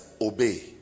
obey